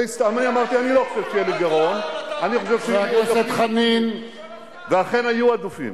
ואני חושב שאנחנו נמצא דרך לעשות את זה,